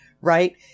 right